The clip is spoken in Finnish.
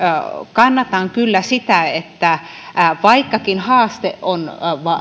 kannatan kyllä sitä että vaikkakin haaste on